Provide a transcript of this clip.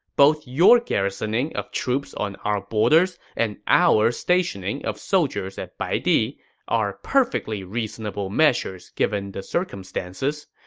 both your garrisoning of troops on our borders and our stationing of soldiers at baidi are perfectly reasonable measures given the circumstances.